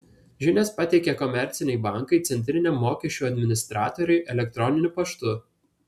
žinias pateikia komerciniai bankai centriniam mokesčių administratoriui elektroniniu paštu